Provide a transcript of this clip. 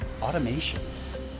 automations